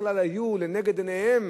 בכלל היו לנגד עיניהם